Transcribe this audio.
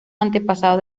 antepasado